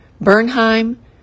Bernheim